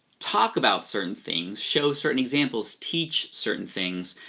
talk about certain things, show certain examples, teach certain things,